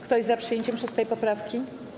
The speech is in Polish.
Kto jest za przyjęciem 6. poprawki?